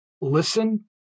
listen